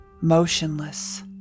motionless